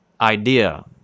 idea